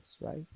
right